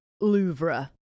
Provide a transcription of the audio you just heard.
Louvre